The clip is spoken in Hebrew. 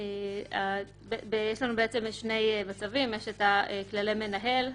יש לנו שני מצבים: כללי מנהל,